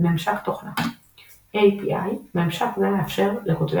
ממשק תוכנה API – ממשק זה מאפשר לכותבי